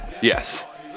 Yes